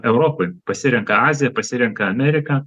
europoj pasirenka aziją pasirenka ameriką